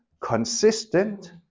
consistent